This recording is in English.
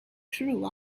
true